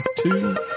two